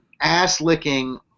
ass-licking